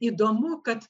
įdomu kad